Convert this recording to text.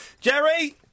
Jerry